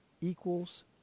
equals